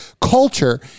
culture